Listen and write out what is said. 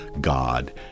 God